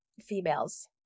Females